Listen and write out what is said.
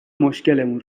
مشکلمون